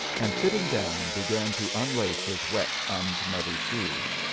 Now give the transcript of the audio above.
and, sitting down, began to unlace his wet and muddy shoes.